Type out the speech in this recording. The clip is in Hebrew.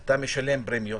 אתה משלם פרמיות.